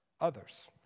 others